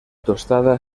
tostada